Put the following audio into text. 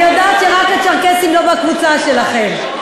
אני יודעת שרק הצ'רקסים לא בקבוצה שלכם.